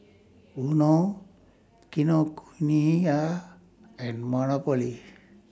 Vono Kinokuniya and Monopoly